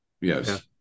Yes